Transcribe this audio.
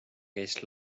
käis